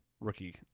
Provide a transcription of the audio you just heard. rookie